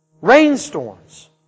rainstorms